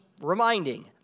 reminding